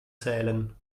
zählen